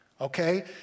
Okay